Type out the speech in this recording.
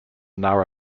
nara